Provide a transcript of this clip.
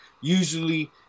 usually